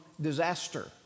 disaster